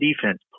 defense